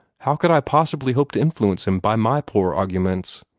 how could i possibly hope to influence him by my poor arguments?